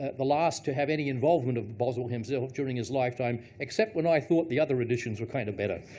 the last to have any involvement of boswell himself during his lifetime, except when i thought the other editions were kinda better.